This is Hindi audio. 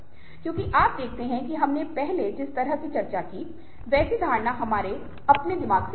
क्योंकि आप देखते हैं कि हमने पहले जिस तरह की चर्चा की है वैसी धारणा हमारे अपने दिमाग से आती है